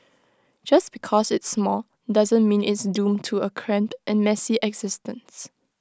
just because it's small doesn't mean it's doomed to A cramped and messy existence